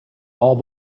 all